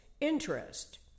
interest